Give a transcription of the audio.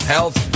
Health